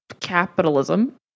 capitalism